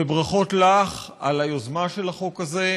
וברכות לך על היוזמה של החוק הזה.